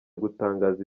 gutangaza